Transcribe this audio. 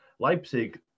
Leipzig